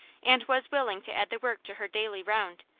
and was willing to add the work to her daily round,